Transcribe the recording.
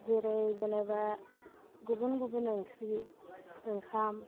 जेरै जेनेबा गुबुन गुबुन ओंख्रि ओंखाम